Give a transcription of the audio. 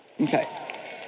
Okay